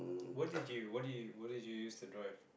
what did you what did you what did you used to drive